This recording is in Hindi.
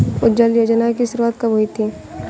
उज्ज्वला योजना की शुरुआत कब हुई थी?